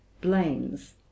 blames